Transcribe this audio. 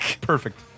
Perfect